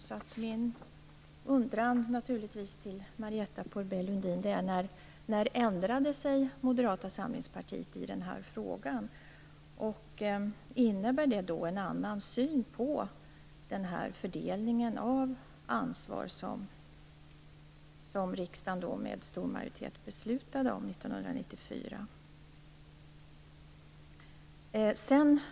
Min undran till Marietta de Pourbaix-Lundin blir då: När ändrade sig Moderata samlingspartiet i den här frågan? Innebär det en annan syn på fördelningen av det ansvar som riksdagen med stor majoritet beslutade om 1994?